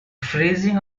phrasing